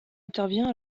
intervient